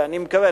ואני מקווה,